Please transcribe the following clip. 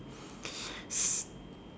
s~